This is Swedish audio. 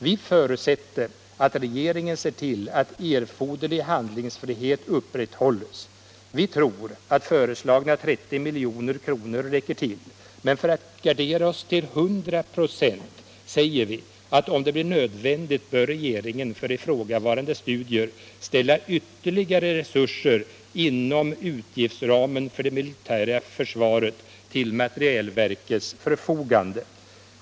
Vi förutsätter att regeringen ser till att erforderlig handlingsfrihet upprätthålls. Vi tror att föreslagna 30 milj.kr. räcker till, men för att gardera oss till hundra procent säger vi att om det blir nödvändigt bör regeringen för ifrågavarande studier ställa ytterligare resurser inom utgiftsramen för det militära försvaret till materielverkets förfogande.